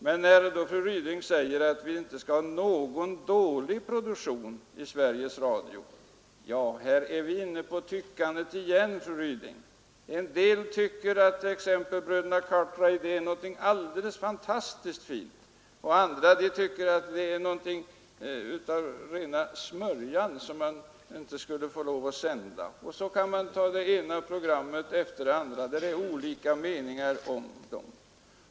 Men när fru Ryding säger att vi inte skall ha några dåliga program i Sveriges Radio, kommer vi återigen in på tyckandet. En del tycker t.ex. att Bröderna Cartwright är någonting alldeles fantastiskt fint, medan andra tycker att det är rena smörjan och inte borde få lov att sändas. På det sättet kan man diskutera det ena programmet efter det andra som man har olika meningar om.